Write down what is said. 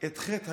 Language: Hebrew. חטא היוהרה.